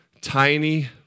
tiny